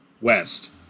west